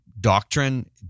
doctrine